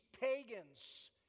pagans